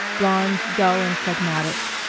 blond, dull and phlegmatic,